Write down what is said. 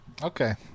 Okay